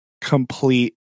complete